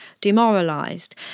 demoralized